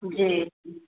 जी